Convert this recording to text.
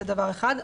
זה דבר אחד.